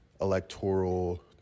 electoral